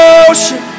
ocean